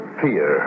fear